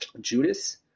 Judas